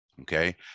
okay